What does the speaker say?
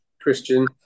christian